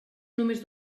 només